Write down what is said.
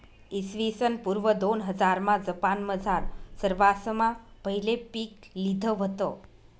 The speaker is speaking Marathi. इसवीसन पूर्व दोनहजारमा जपानमझार सरवासमा पहिले पीक लिधं व्हतं